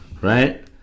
right